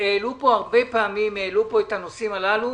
הרבה פעמים העלו פה את הנושאים הללו,